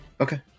Okay